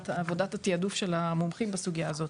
עבודת התעדוף של המומחים בסוגיה הזו,